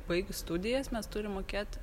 baigus studijas mes turim mokėt